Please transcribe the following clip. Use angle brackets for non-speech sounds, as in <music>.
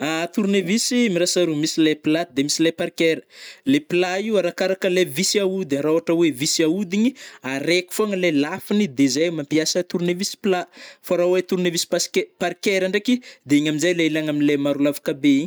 <hesitation> Tornevisy mirasa roa, misy le platy de misy le parkera, le plat io arakaraka lay visy ahodigny rah ôhatra oe visy ahodigny araiky fôgna le lafiny de zay mampiasa tornevisy plat, fô rah oe tornevisy paske- parkera ndraiky de igny amzay le ilagna amle maro lavaka be igny.